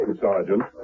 Sergeant